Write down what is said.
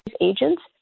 agents